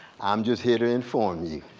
i'm just here to inform you